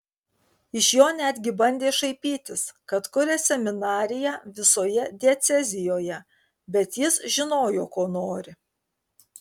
iš jo netgi bandė šaipytis kad kuria seminariją visoje diecezijoje bet jis žinojo ko nori